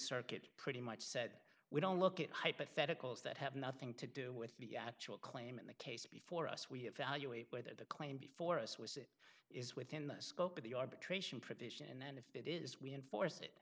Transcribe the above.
circuit pretty much said we don't look at hypotheticals that have nothing to do with the actual claim in the case before us we evaluate whether the claim before us was it is within the scope of the arbitration provision and if it is we enforce it